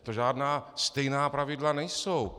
To žádná stejná pravidla nejsou.